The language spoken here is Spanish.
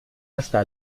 hasta